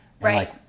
Right